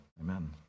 amen